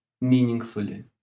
meaningfully